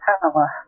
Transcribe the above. power